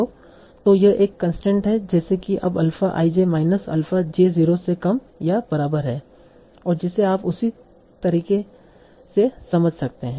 तो यह एक कंसट्रेंट है जैसे कि अब alpha i j minus alpha j 0 से कम या बराबर है और जिसे आप उसी तरीके से समझ सकते हैं